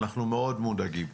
אנחנו מאוד מודאגים.